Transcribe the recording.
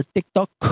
TikTok